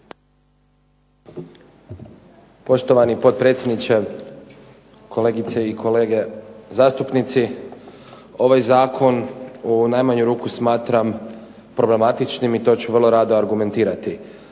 Poštovani potpredsjedniče, kolegice i kolege zastupnici. Ovaj zakon u najmanju ruku smatram problematičnim i to ću vrlo rado argumentirati.